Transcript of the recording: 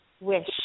wish